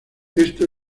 esto